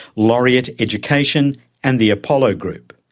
laureate education and the apollo group,